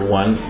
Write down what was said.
one